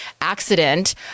accident